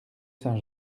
saint